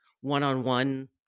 one-on-one